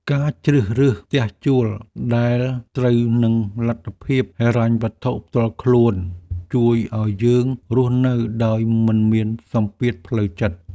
ការជ្រើសរើសផ្ទះជួលដែលត្រូវនឹងលទ្ធភាពហិរញ្ញវត្ថុផ្ទាល់ខ្លួន ជួយឱ្យយើងរស់នៅដោយមិនមានសម្ពាធផ្លូវចិត្ត។